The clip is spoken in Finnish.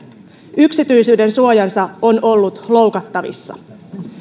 yksityisyydensuojansa on ollut loukattavissa